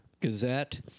Gazette